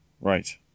right